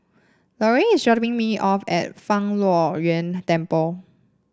Larue is dropping me off at Fang Luo Yuan Temple